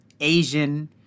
asian